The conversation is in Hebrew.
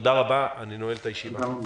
תודה רבה, ישיבה זו נעולה.